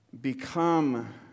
become